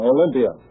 Olympia